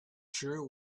sure